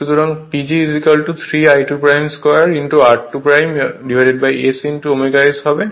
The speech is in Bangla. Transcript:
সুতরাং PG 3 I2 2 r2 S ω S হবে